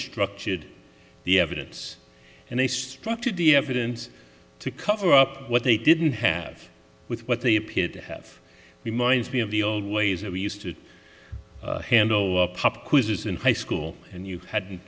structured the evidence and they structured the evidence to cover up what they didn't have with what they appeared to have reminds me of the old ways that we used to handle pop quizzes in high school and you had